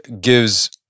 gives